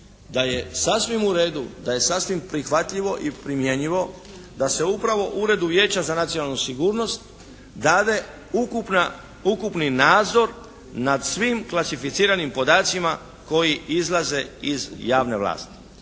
da je sasvim u redu, da je sasvim prihvatljivo i primjenjiva da se upravo Uredu Vijeća za nacionalnu sigurnost dade ukupni nadzor nad svim klasificiranim podacima koji izlaze iz javne vlasti.